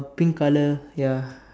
a pink color ya